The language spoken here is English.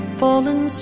fallen